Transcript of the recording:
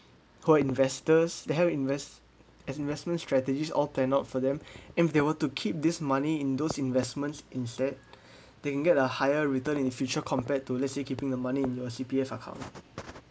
for investors they have invest as investment strategies all turn out for them if they want to keep this money in those investments instead they can get a higher return in future compared to let's say keeping the money in your C_P_F account